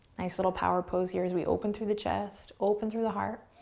nice little power pose, here, as we open through the chest, open through the heart.